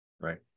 Right